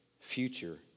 future